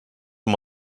amb